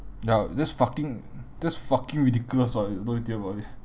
ya that's fucking that's fucking ridiculous [what] don't you think about it